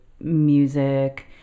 music